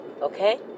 Okay